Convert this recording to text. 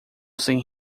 sem